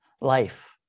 Life